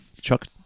Chuck